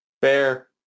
Fair